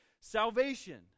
Salvation